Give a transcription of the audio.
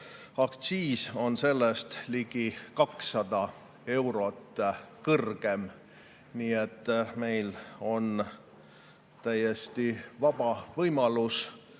aktsiis on sellest ligi 200 eurot kõrgem. Nii et meil on täiesti vaba võimalus